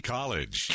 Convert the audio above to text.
College